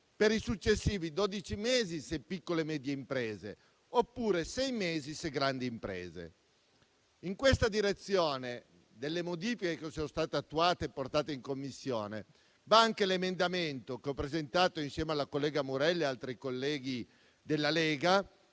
(per i successivi dodici mesi, se piccole e medie imprese, oppure sei mesi, se grandi imprese). Nella direzione delle modifiche apportate in Commissione va anche l'emendamento che ho presentato insieme alla collega Murelli e ad altri colleghi della Lega,